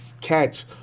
catch